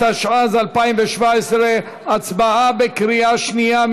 התשע"ז 2017, הצבעה בקריאה שנייה.